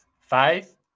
five